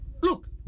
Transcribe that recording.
Look